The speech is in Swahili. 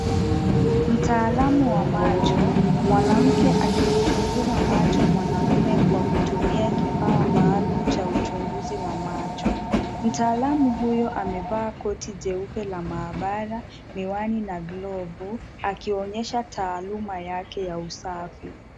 Mtaalamu wa macho, mwanamke akimchunguza macho mwanaume kwa kutumia kifaa maalum cha uchunguzi wa macho, mtaalamu huyo amevaa koti jeupe la mahabara miwani na glovu akionyesha taaluma yake ya usafi.